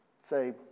say